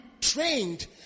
trained